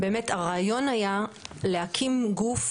הרעיון היה להקים גוף